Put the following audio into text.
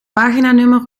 paginanummer